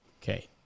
Okay